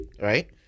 right